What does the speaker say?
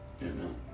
Amen